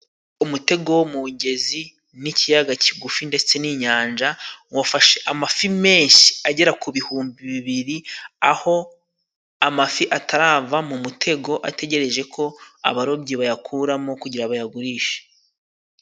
Umutego wo mu ngezi n'ikiyaga kigufi ndetse n'inyanja, wafashe amafi menshi agera ku bihumbi bibiri, aho amafi atarava mu mutego ategereje ko abarobyi bayakuramo, kugira bayagurishe.